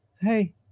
hey